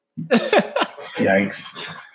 Yikes